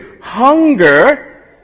hunger